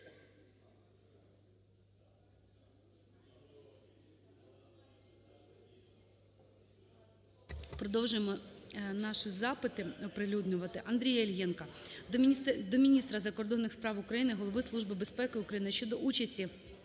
Продовжуємо наші запити оприлюднювати. Андрія Іллєнка до міністра закордонних справ України, Голови Служби безпеки України щодо участі